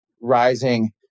rising